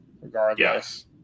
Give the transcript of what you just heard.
regardless